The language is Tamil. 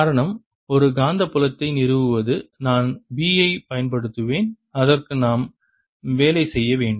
காரணம் ஒரு காந்தப்புலத்தை நிறுவுவது நான் B ஐப் பயன்படுத்துவேன் அதற்கு நாம் வேலை செய்ய வேண்டும்